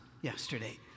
yesterday